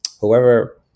whoever